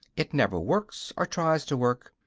it never works, or tries to work,